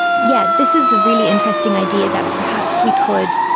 yes, this is a really interesting idea that perhaps we could,